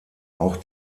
auch